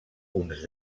uns